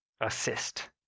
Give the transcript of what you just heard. assist